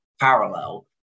parallel